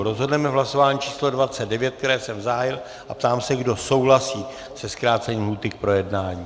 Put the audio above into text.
Rozhodneme v hlasování číslo 29, které jsem zahájil, a ptám se, kdo souhlasí se zkrácením lhůty k projednání.